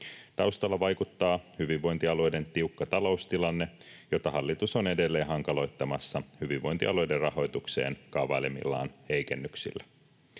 Taustalla vaikuttaa hyvinvointialueiden tiukka taloustilanne, jota hallitus on edelleen hankaloittamassa hyvinvointialueiden rahoitukseen kaavailemillaan heikennyksillä.